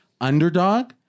underdog